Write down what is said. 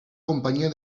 companyia